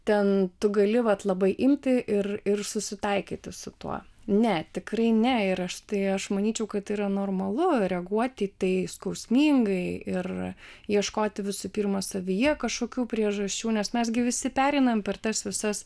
ten tu gali vat labai imti ir ir susitaikyti su tuo ne tikrai ne ir aš tai aš manyčiau kad yra normalu reaguoti į tai skausmingai ir ieškoti visų pirma savyje kažkokių priežasčių nes mes gi visi pereinam per tas visas